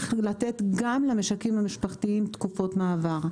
לתת גם למשקים המשפחתיים תקופות מעבר,